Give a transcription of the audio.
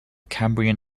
cambrian